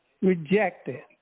rejected